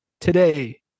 today